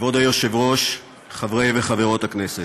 כבוד היושב-ראש, חברות וחברי הכנסת,